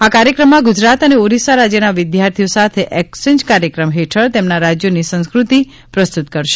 આ કાર્યક્રમમાં ગુજરાત અને ઓરિસ્સા રાજયના વિદ્યાર્થીઓ સાથે એકચેન્જ કાર્યક્રમ હેઠળ તેમના રાજયોની સંસ્કુતિ પ્રસ્તુત કરશે